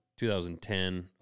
2010